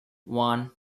one